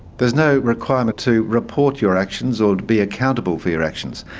there's no requirement to report your actions or to be accountable for your actions.